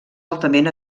altament